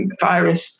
virus